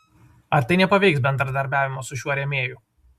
ar tai nepaveiks bendradarbiavimo su šiuo rėmėju